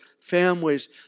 families